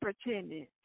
pretending